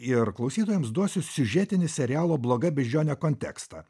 ir klausytojams duosiu siužetinį serialo bloga beždžionė kontekstą